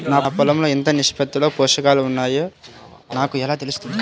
నా పొలం లో ఎంత నిష్పత్తిలో పోషకాలు వున్నాయో నాకు ఎలా తెలుస్తుంది?